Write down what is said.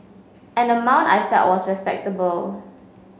an amount I felt was respectable